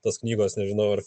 tos knygos nežinau ar